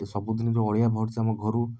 ସବୁଦିନ ଯେଉଁ ଅଳିଆ ବାହାରୁଛି ଆମ ଘରୁ